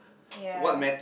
ya